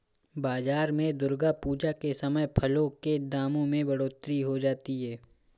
बाजार में दुर्गा पूजा के समय फलों के दामों में बढ़ोतरी हो जाती है